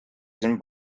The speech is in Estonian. siin